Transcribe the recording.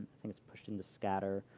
things pushed into scatter.